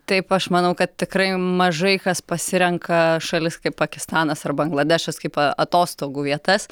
taip aš manau kad tikrai mažai kas pasirenka šalis kaip pakistanas ar bangladešas kaip a atostogų vietas